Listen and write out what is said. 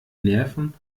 nerven